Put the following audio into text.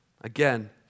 again